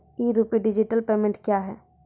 ई rupee digital payment क्या हैं?